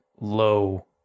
low